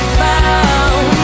found